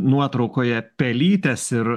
nuotraukoje pelytes ir